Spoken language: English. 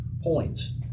points